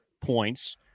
points